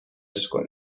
بیکار